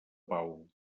pau